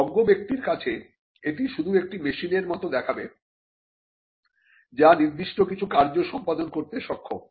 অজ্ঞ ব্যক্তির কাছে এটি শুধু একটি মেশিনের মত দেখাবে যা নির্দিষ্ট কিছু কার্য সম্পাদন করতে সক্ষম